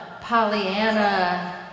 Pollyanna